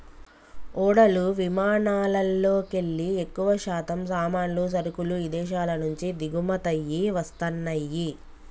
ఓడలు విమానాలల్లోకెల్లి ఎక్కువశాతం సామాన్లు, సరుకులు ఇదేశాల నుంచి దిగుమతయ్యి వస్తన్నయ్యి